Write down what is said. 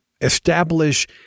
establish